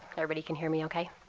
everybody can hear me ok.